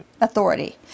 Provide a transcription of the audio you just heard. authority